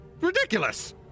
Ridiculous